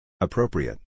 Appropriate